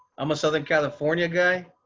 i'm a southern california guy.